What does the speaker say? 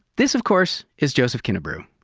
this, of course, is joesph kinnebrew,